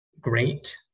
great